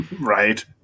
right